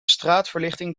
straatverlichting